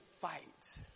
fight